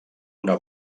una